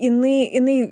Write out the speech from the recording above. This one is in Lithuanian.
jinai jinai